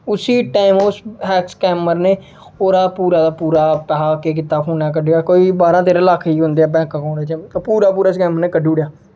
उसी टैम ओह् स्कैमर ने ओह्दा पूरा दा पूरा पैसा केह् कीता फोना कड्डेआ कोई बारां तेरां लक्ख हा उं'दे बैंक अकाउंट च ते पूरा पूरा स्कैमर ने कड्ढी ओड़ेआ